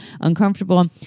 uncomfortable